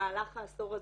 במהלך העשור הזה,